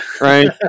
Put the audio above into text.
right